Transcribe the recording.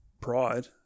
pride